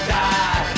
die